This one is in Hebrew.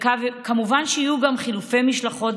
וכמובן יהיו גם חילופי משלחות,